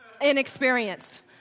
inexperienced